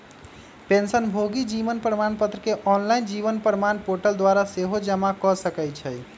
पेंशनभोगी जीवन प्रमाण पत्र के ऑनलाइन जीवन प्रमाण पोर्टल द्वारा सेहो जमा कऽ सकै छइ